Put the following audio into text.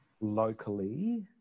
locally